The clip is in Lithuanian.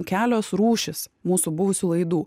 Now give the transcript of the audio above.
kelios rūšys mūsų buvusių laidų